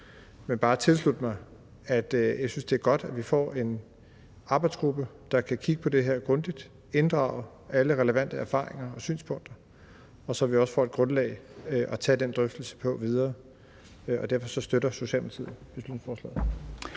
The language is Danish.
vil bare tilslutte mig dem, der synes, det er godt, at vi får en arbejdsgruppe, der kan kigge grundigt på det her og inddrage alle relevante erfaringer og synspunkter, så vi får et grundlag at tage den videre drøftelse på, og derfor støtter Socialdemokratiet beslutningsforslaget.